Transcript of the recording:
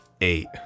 eight